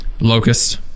locust